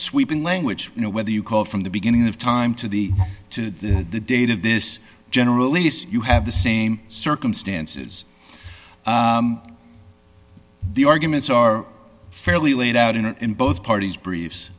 sweeping language you know whether you call from the beginning of time to the to the date of this generally if you have the same circumstances the arguments are fairly laid out and in both parties br